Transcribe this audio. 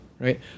right